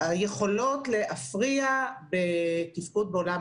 מוגבלות בראייה וצריך להתייחס אליה